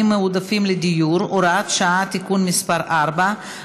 מועדפים לדיור (הוראת שעה) (תיקון מס' 4),